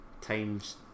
times